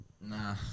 Nah